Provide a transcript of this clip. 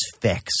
fix